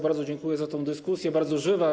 Bardzo dziękuję za tę dyskusję, bardzo żywą.